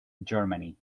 germany